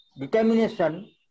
determination